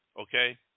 Okay